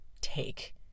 take